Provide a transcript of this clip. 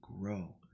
grow